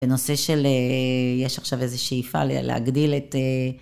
בנושא של יש עכשיו איזו שאיפה להגדיל את